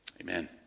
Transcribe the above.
amen